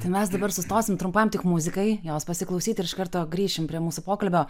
tai mes dabar sustosime trumpam tik muzikai jos pasiklausyti ir iš karto grįšim prie mūsų pokalbio